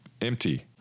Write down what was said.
empty